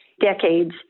decades